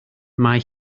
mae